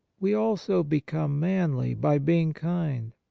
we also become manly by being kind.